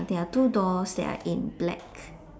there are two doors that are in black